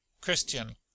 CHRISTIAN